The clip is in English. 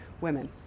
women